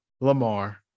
Lamar